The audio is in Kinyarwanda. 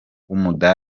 nibwo